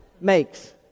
makes